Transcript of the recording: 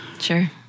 Sure